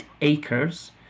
acres